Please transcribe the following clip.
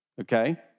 okay